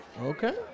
Okay